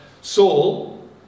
Saul